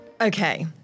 Okay